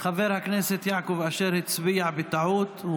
חבר הכנסת יעקב אשר הצביע בטעות.